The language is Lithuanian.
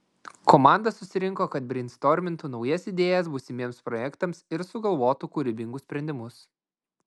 komanda susirinko kad breistormintų naujas idėjas būsimiems projektams ir sugalvotų kūrybingus sprendimus